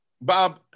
Bob